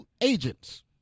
agents